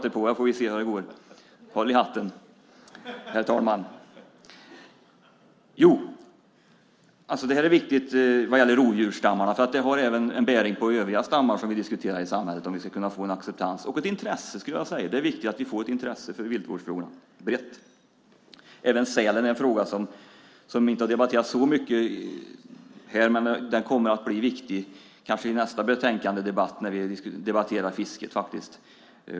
Det här med rovdjursstammarna är viktigt, för det har bäring på övriga stammar som vi diskuterar - om vi ska kunna få en acceptans och ett intresse i samhället. Det är viktigt att vi får ett intresse för viltvårdsfrågorna. Sälen är en fråga som vi inte har debatterat så mycket i denna debatt, men den kommer att bli viktig när vi debatterar fisket.